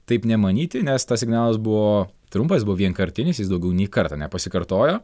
taip nemanyti nes tas signalas buvo trumpas buvo vienkartinis jis daugiau nei karto nepasikartojo